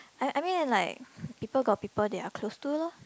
I I mean like people got people they are close to loh